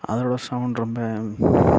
அதனோடய சவுண்ட் ரொம்ப